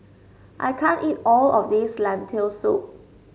I can't eat all of this Lentil Soup